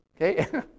Okay